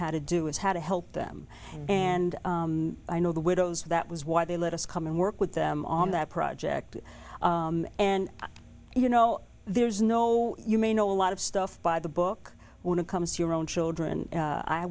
how to do is how to help them and i know the widows that was why they let us come and work with them on that project and you know well there is no you may know a lot of stuff by the book when it comes to your own children